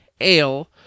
Ale